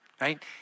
right